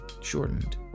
shortened